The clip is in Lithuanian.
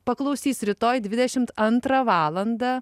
paklausys rytoj dvidešimt antrą valandą